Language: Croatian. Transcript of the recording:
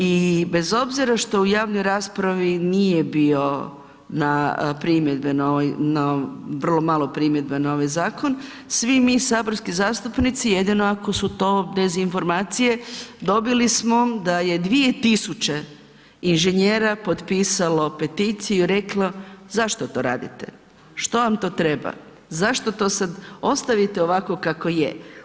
I bez obzira što u javnoj raspravi nije bilo primjedbe na, vrlo malo primjedba na ovaj zakon svi mi saborski zastupnici jedino ako su to dezinformacije dobili smo da je 2000 inženjera potpisalo peticiju i reklo zašto to radite, što vam to treba, zašto to sad, ostavite ovako kako je.